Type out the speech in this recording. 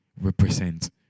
represent